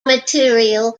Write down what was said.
material